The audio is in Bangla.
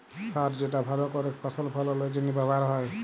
সার যেটা ভাল করেক ফসল ফললের জনহে ব্যবহার হ্যয়